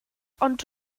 ond